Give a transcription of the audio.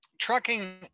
Trucking